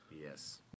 Yes